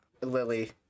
Lily